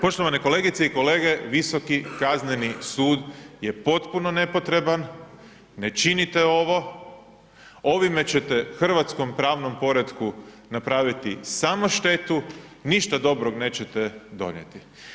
Poštovane kolegice i kolege, Visoki kazneni sud je potpuno nepotreban, ne činite ovo, ovime ćete hrvatskom pravnom poretku napraviti samu štetu, ništa dobrog nećete donijeti.